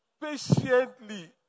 Patiently